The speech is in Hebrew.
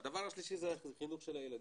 והדבר השלישי הוא חינוך הילדים.